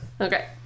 Okay